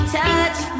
touch